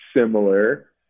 similar